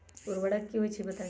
उर्वरक की होई छई बताई?